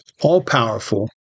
all-powerful